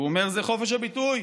והוא אומר: זה חופש הביטוי.